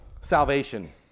salvation